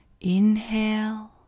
inhale